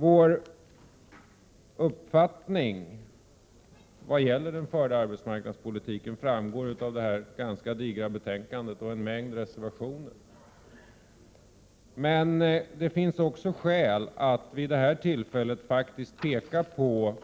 Vår uppfattning vad gäller den förda arbetsmarknadspolitiken framgår av det ganska digra betänkandet och en mängd reservationer, men det finns skäl att vid det här tillfället också peka på